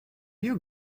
you